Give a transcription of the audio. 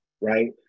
right